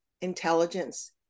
intelligence